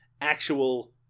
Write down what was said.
actual